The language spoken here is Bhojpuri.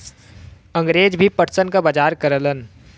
अंगरेज भी पटसन क बजार करलन